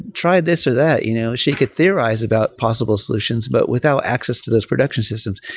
try this or that. you know she could theorize about possible solutions. but without access to those production systems,